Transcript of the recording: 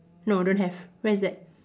no don't have where is that